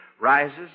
rises